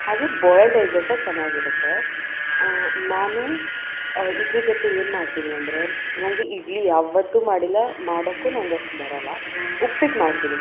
ಹಾಗೇ boiled egg ಸಹ ಚೆನ್ನಾಗಿರುತ್ತೆ ನಾನು ಇದ್ರ ಜೊತೆ ಏನು ಮಾಡ್ತೀನಿ ಅಂದರೆ ನಂಗೆ ಇಡ್ಲಿ ಯಾವತ್ತೂ ಮಾಡಿಲ್ಲ ಮಾಡೋಕ್ಕೂ ನಂಗಷ್ಟು ಬರೋಲ್ಲ ಉಪ್ಪಿಟ್ಟು ಮಾಡ್ತೀನಿ